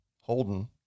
Holden